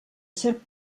cert